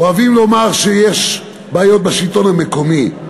אוהבים לומר שיש בעיות בשלטון המקומי.